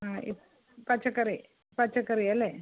ആ ഇ പച്ചക്കറി പച്ചക്കറി അല്ലേ